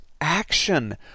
action